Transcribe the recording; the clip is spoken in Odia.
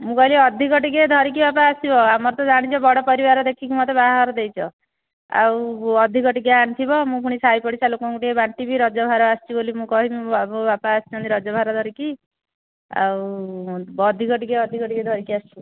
ମୁଁ କହିଲି ଅଧିକ ଟିକିଏ ଧରିକି ବାପା ଆସିବ ଆମର ତ ଜାଣିଛ ବଡ଼ ପରିବାର ଦେଖିକି ମୋତେ ବାହାଘର ଦେଇଛ ଆଉ ଅଧିକ ଟିକିଏ ଆଣିଥିବ ମୁଁ ପୁଣି ସାହି ପଡ଼ିଶା ଲୋକଙ୍କୁ ଟିକିଏ ବାଣ୍ଟିବି ରଜ ଭାର ଆସିଛି ବୋଲି ମୁଁ କହିବି ମୋ ବାପା ଆସିଛନ୍ତି ରଜ ଭାର ଧରିକି ଆଉ ଅଧିକ ଟିକିଏ ଅଧିକ ଟିକିଏ ଧରିକି ଆସିବ